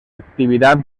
actividad